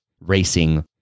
racing